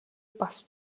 бас